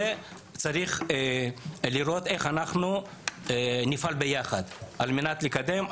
וצריך לראות איך לפעול ביחד על מנת לקדם את זה.